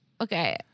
Okay